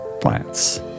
Plants